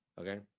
okay